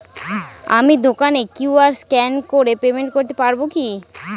আমি দোকানে QR scan করে পেমেন্ট করতে পারবো কি?